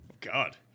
God